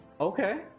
Okay